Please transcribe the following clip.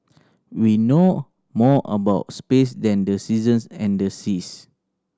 we know more about space than the seasons and the seas